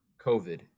COVID